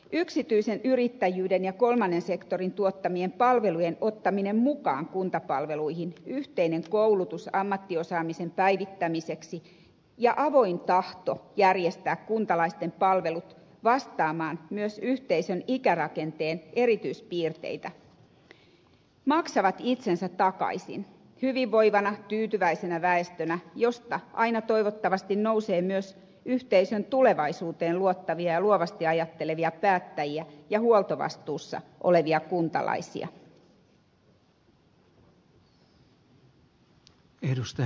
yksityisen yrittäjyyden ja kolmannen sektorin tuottamien palvelujen ottaminen mukaan kuntapalveluihin yhteinen koulutus ammattiosaamisen päivittämiseksi ja avoin tahto järjestää kuntalaisten palvelut vastaamaan myös yhteisön ikärakenteen erityispiirteitä maksavat itsensä takaisin hyvinvoivana tyytyväisenä väestönä josta aina toivottavasti nousee myös yhteisön tulevaisuuteen luottavia ja luovasti ajattelevia päättäjiä ja huoltovastuussa olevia kuntalaisia